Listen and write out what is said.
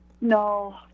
No